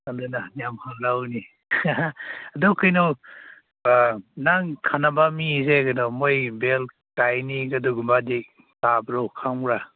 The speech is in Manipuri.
ꯑꯗꯨꯅ ꯌꯥꯝ ꯑꯗꯨ ꯀꯩꯅꯣ ꯅꯪ ꯈꯡꯅꯕ ꯃꯤꯁꯦ ꯀꯩꯅꯣ ꯃꯣꯏ ꯕꯦꯜꯠ ꯀꯥꯏꯅꯤꯀ ꯗꯨꯒꯨꯝꯕꯗꯤ ꯇꯥꯕ꯭ꯔꯣ ꯈꯪꯕ꯭ꯔ